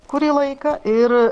kurį laiką ir